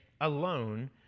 alone